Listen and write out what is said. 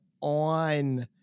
on